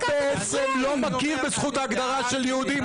אתה בעצם לא מכיר בזכות ההגדרה של יהודים,